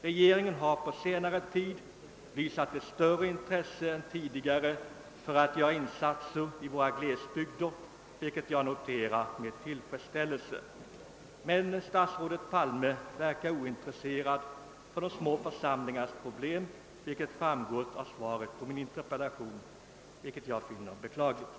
Regeringen har på senare tid visat ett större intresse än tidigare för att göra insatser i våra glesbygder, vilket jag noterar med tillfredsställelse. Men statsrådet Palme verkar ointresserad för de små församlingarnas problem, vilket framgår av svaret på min interpellation, och jag finner detta beklagligt.